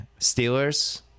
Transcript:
Steelers